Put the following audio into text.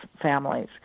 families